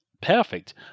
perfect